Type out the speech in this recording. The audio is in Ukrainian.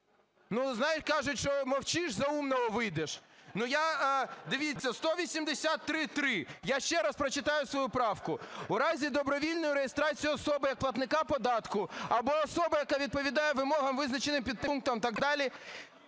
Ну знаєте, кажуть, що мовчиш, за умного вийдеш. Ну я… Дивіться, 183.3. Я ще раз прочитаю свою правку: "У разі добровільної реєстрації особи як платника податку або особи, яка відповідає вимогам, визначеним підпунктом… (і так далі)